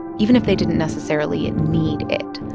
even if they didn't necessarily and need it.